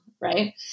right